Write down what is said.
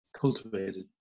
cultivated